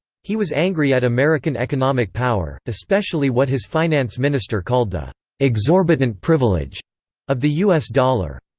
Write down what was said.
he was angry at american economic power, especially what his finance minister called the exorbitant privilege of the u s. dollar.